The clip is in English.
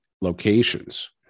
locations